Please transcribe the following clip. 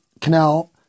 canal